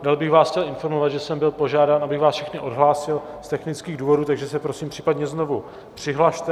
Dále bych vás chtěl informovat, že jsem byl požádán, abych vás všechny odhlásil z technických důvodů, takže se prosím případně znovu přihlaste.